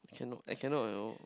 cannot I cannot you know